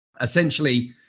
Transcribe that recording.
Essentially